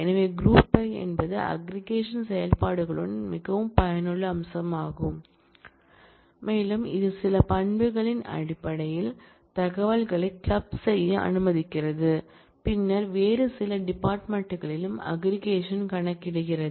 எனவே group by என்பது aggregation செயல்பாடுகளுடன் மிகவும் பயனுள்ள அம்சமாகும் மேலும் இது சில பண்புகளின் அடிப்படையில் தகவல்களை கிளப் செய்ய அனுமதிக்கிறது பின்னர் வேறு சில டிபார்ட்மென்ட் யில் அக்ரிகேஷன் கணக்கிடுகிறது